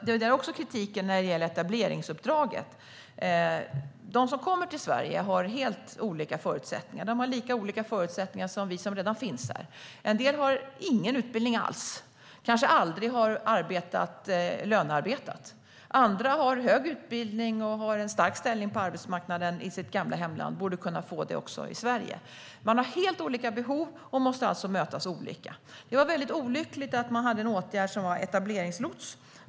Jag delar också kritiken när det gäller etableringsuppdraget. De som kommer till Sverige har helt olika förutsättningar, på samma sätt som vi som redan finns här har olika förutsättningar. En del har ingen utbildning alls. De har kanske aldrig lönearbetat. Andra har hög utbildning och har haft en stark ställning på arbetsmarknaden i sitt gamla hemland och borde kunna få det också i Sverige. De har helt olika behov och måste alltså bemötas olika. Det var mycket olyckligt att man hade åtgärden med etableringslotsar.